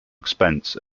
expense